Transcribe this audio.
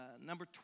number